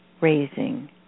raising